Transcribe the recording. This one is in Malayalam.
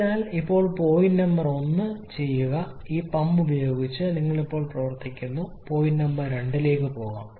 അതിനാൽ ഇപ്പോൾ നമ്പർ 1 പോയിന്റ് ചെയ്യുക ഈ പമ്പ് ഉപയോഗിച്ച് നിങ്ങൾ ഇപ്പോൾ പ്രവർത്തിക്കുന്നു പോയിന്റ് നമ്പർ 2 ലേക്ക് പോകാം